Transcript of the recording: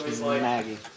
Maggie